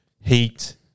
heat